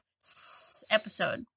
episode